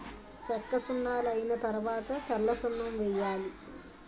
సెక్కసున్నలైన తరవాత తెల్లసున్నం వేసేయాలి